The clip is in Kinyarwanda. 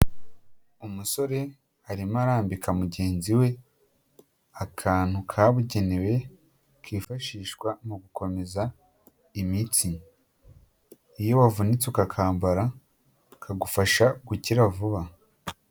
Umusore arimo arambika mugenzi we akantu kabugenewe kifashishwa mu gukomeza imitsi iyo wavunitse ukakambara kagufasha gukira vuba.